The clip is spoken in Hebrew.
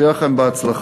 שיהיה לכם בהצלחה.